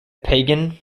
pagan